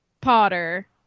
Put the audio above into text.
Potter